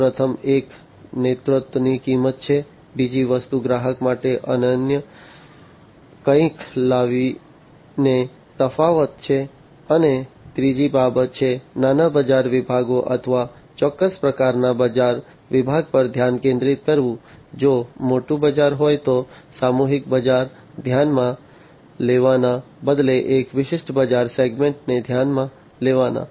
પ્રથમ એક નેતૃત્વની કિંમત છે બીજી વસ્તુ ગ્રાહકો માટે અનન્ય કંઈક લાવીને તફાવત છે અને ત્રીજી બાબત છે નાના બજાર વિભાગ અથવા ચોક્કસ પ્રકારના બજાર વિભાગ પર ધ્યાન કેન્દ્રિત કરવું જો મોટું બજાર હોય તો સામૂહિક બજાર ધ્યાનમાં લેવાના બદલેએક વિશિષ્ટ બજાર સેગમેન્ટ ને ધ્યાનમાં લેવાના